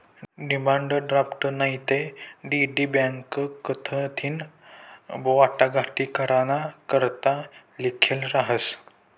demand draft नैते DD bank कडथीन वाटाघाटी कराना करता लिखेल रहास